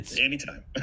Anytime